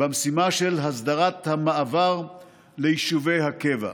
במשימה של הסדרת המעבר ליישובי הקבע.